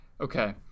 Okay